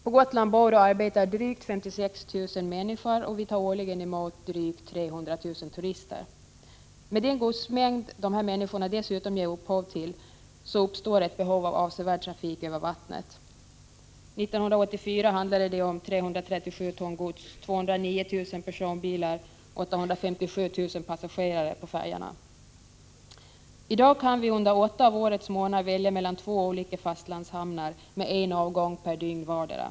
På Gotland bor och arbetar drygt 56 000 invånare, och vi tar årligen emot drygt 300 000 turister. För den godsmängd det blir fråga om för dessa människor uppstår ett behov av avsevärd trafik över vattnet. 1984 handlade det om 337 ton gods och 209 000 personbilar. Antalet passagerare på färjorna var 857 000. För närvarande kan vi under åtta av årets månader välja mellan två olika fastlandshamnar med en avgång per dygn vardera.